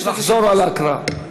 לחזור על ההקראה.